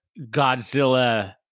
Godzilla